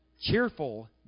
cheerful